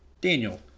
daniel